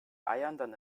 eiernden